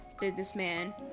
businessman